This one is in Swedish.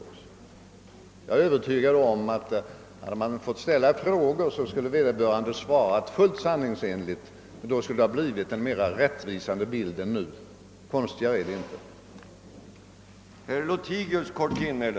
Jag är övertygad om att vederbörande, om aktieägare hade fått ställa frågor, skulle ha svarat fullt sanningsenligt. Då skulle vi fått en mera rättvisande bild än vad som nu blev fallet. Konstigare är det inte.